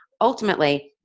ultimately